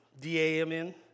D-A-M-N